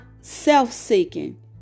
self-seeking